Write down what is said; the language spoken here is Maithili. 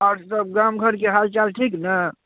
आओरसब गामघरके हालचाल ठीक ने